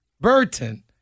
Burton